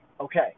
Okay